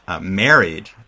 married